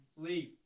Leave